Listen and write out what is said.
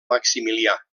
maximilià